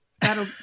That'll